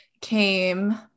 came